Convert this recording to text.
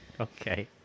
Okay